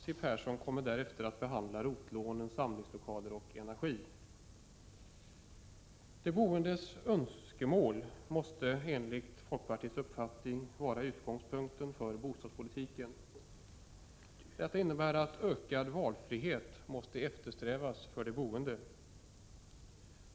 Siw Persson kommer därefter att behandla ROT-lånen, stödet till samlingslokaler och energifrågorna. De boendes önskemål måste enligt folkpartiets uppfattning vara utgångspunkten för bostadspolitiken. Det innebär att ökad valfrihet för de boende måste eftersträvas.